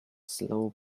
slow